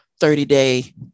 30-day